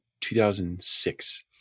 2006